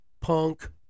punk